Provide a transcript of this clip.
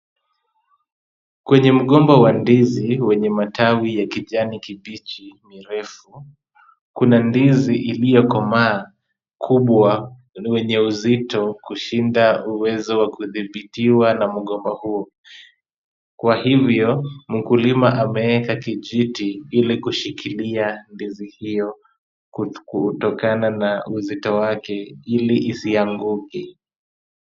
Kwenye mgomba wa ndizi wenye matawi ya kijani kibichi mirefu, kuna ndizi iliyokomaa kubwa yenye uzito kushinda uwezo wa kudhibitiwa na mgomba huo. Kwa hivyo mkulima ameeka kijiti ili kushikilia ndizi hiyo kutokana na uzito wake ili isianguke.